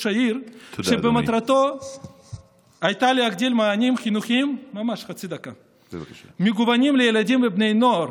העיר שמטרתה להגדיל מענים חינוכיים ומגוונים לבני נוער,